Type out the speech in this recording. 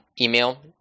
email